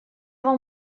вам